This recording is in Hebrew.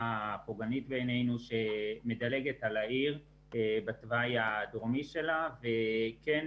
הפוגענית בעינינו שמדלגת על העיר בתוואי הדרומי שלה וכן